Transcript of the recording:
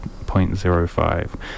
0.05